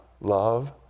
love